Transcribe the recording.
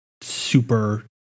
super